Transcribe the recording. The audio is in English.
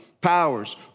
powers